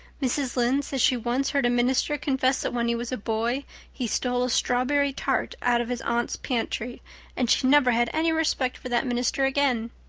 mrs. lynde says she once heard a minister confess that when he was a boy he stole a strawberry tart out of his aunt's pantry and she never had any respect for that minister again.